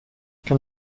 kann